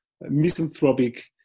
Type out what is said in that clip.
misanthropic